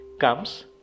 comes